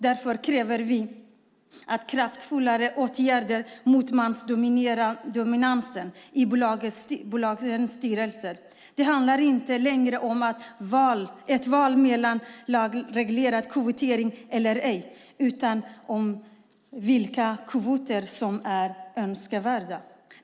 Därför kräver vi kraftfullare åtgärder mot mansdominansen i bolagens styrelser. Det handlar inte längre om ett val mellan lagreglerad kvotering eller ej utan om vilka kvoter som är önskvärda.